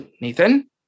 nathan